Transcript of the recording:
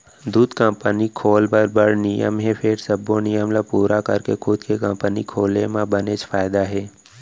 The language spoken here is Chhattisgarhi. दूद कंपनी खोल बर बड़ नियम हे फेर सबो नियम ल पूरा करके खुद के कंपनी खोले म बनेच फायदा हे